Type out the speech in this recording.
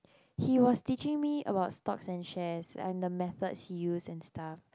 he was teaching me about stocks and shares and the method he used and stuff